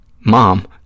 Mom